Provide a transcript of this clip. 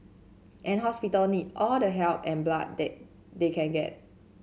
and hospital need all the help and blood they they can get